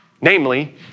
namely